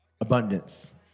Abundance